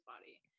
body